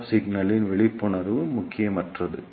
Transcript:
F சிக்னலின் விழிப்புணர்வு முக்கியமற்றது